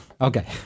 Okay